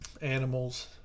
animals